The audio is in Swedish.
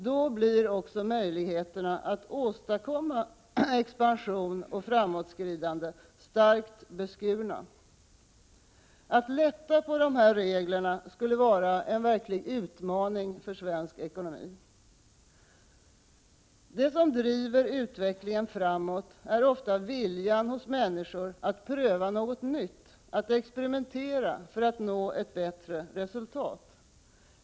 Därför blir också möjligheterna att åstadkomma expansion och framåtskridande kraftigt beskurna. Att lätta på dessa regler skulle vara en verklig utmaning för svensk ekonomi. Det som driver utvecklingen framåt är ofta viljan hos människor att pröva något nytt, att experimentera för att nå ett bättre resultat.